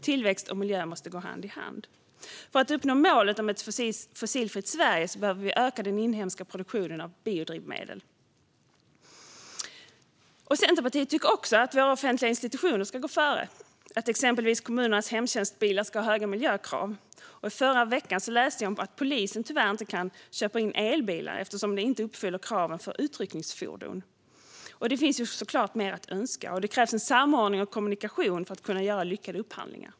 Tillväxt och miljö måste gå hand i hand. För att uppnå målet om ett fossilfritt Sverige behöver vi öka den inhemska produktionen av biodrivmedel. Centerpartiet tycker att våra offentliga institutioner ska gå före, att exempelvis kommunernas hemtjänstbilar ska ha höga miljökrav. I förra veckan läste jag om att polisen tyvärr inte kan köpa in elbilar eftersom de inte uppfyller kraven för utryckningsfordon. Här finns såklart mer att önska. Det krävs en samordning och kommunikation för att kunna göra lyckade upphandlingar.